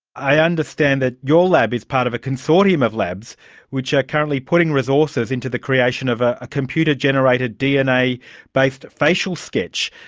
i understand that your lab is part of a consortium of labs which are currently putting resources into the creation of a computer-generated dna-based facial sketch.